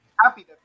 happy